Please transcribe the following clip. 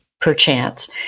perchance